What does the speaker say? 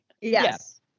yes